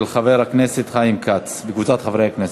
של חבר הכנסת חיים כץ וקבוצת חברי הכנסת.